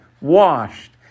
washed